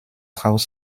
haus